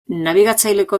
nabigatzaileko